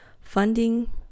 funding